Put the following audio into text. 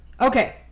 okay